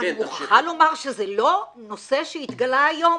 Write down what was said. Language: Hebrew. << יור >> אני מוכרחה לומר שזה לא נושא שהתגלה היום.